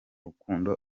rukundo